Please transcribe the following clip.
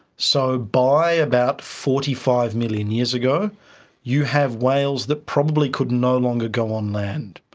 so by about forty five million years ago you have whales that probably could no longer go on land,